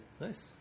Nice